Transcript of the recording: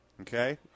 Okay